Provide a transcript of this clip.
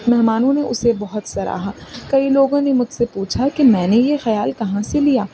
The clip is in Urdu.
مہمانوں نے اسے بہت سراہا کئی لوگوں نے مجھ سے پوچھا کہ میں نے یہ خیال کہاں سے لیا